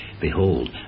Behold